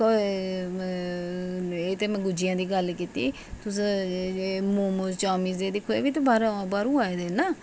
एह् ते में गुज्जियां दी गलल कीती मोमोज चामिन दिक्खो एह् बी ते बाह्रां आए दे न